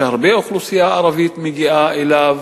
שהרבה מהאוכלוסייה הערבית מגיעה אליו.